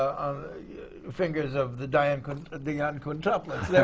on the fingers of the dionne kind of dionne quintuplets.